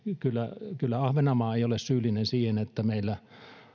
kyllä kyllä ahvenanmaa ei ole syyllinen siihen että meillä